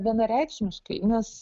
vienareikšmiškai nes